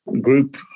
group